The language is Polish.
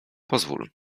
pozwól